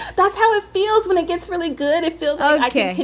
that's how it feels. when it gets really good. it feels ok.